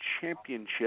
Championship